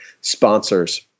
sponsors